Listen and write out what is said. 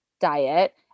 diet